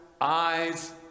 eyes